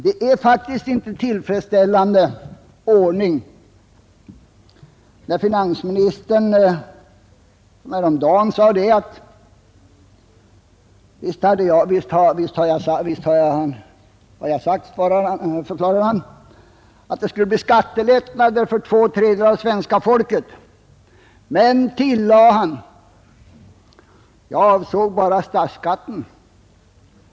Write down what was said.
Det är faktiskt inte en tillfredsställande tingens ordning när finansministern, som han gjorde häromdagen, förklarar att han visserligen sagt att det skulle bli skattelättnader för två tredjedelar av svenska folket men tillägger att han då avsåg bara statsskatten.